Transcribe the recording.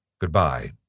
Goodbye